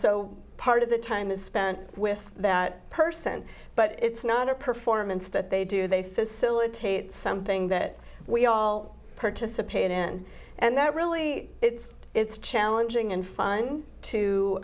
so part of the time is spent with that person but it's not a performance that they do they facilitate something that we all participate in and that really it's it's challenge and fun to